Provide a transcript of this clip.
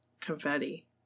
confetti